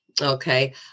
okay